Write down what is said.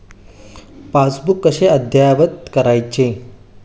Passbook कसे अद्ययावत करायचे?